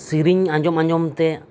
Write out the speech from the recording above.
ᱥᱮᱨᱮᱧ ᱟᱸᱡᱚᱢ ᱟᱸᱡᱚᱢ ᱛᱮ